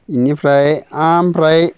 इनिफ्राय आमफ्राय